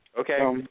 Okay